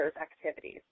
activities